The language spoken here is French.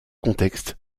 contexte